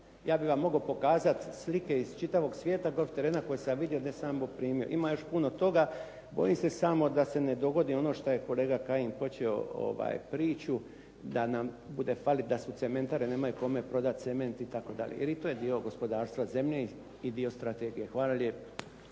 Ja bih vam mogao pokazati slike iz čitavog svijeta golf terena koje sam vidio …/Govornik se ne razumije./… ima još puno toga. Bojim se samo da se ne dogodi ono što je kolega Kajin počeo priču da nam bude fali, da cementare nemaju kome prodati cement itd. jer i to je dio gospodarstva zemlje i dio strategije. Hvala lijepa.